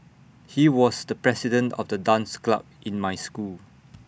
he was the president of the dance club in my school